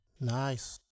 Nice